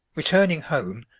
returning home,